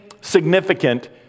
significant